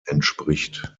entspricht